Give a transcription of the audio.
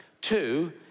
Two